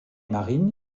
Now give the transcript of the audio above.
marines